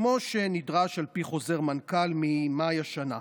כמו שנדרש על פי חוזר מנכ"ל ממאי השנה.